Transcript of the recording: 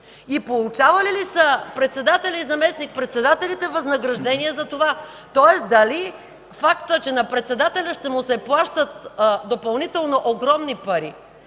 и получавали ли са председателят и заместник-председателите възнаграждения за това? Тоест дали фактът, че на председателя ще му се плащат допълнително огромни пари,